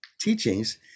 teachings